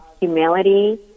humility